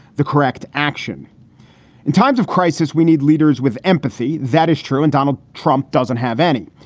the correct action in times of crisis. we need leaders with empathy. that is true. and donald trump doesn't have any.